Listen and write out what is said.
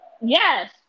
yes